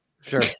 Sure